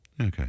okay